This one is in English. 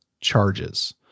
charges